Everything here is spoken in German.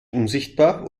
unsichtbar